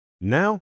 Now